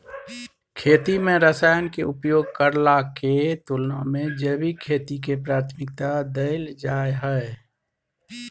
खेती में रसायन के उपयोग करला के तुलना में जैविक खेती के प्राथमिकता दैल जाय हय